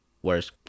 whereas